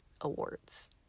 Awards